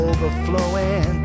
Overflowing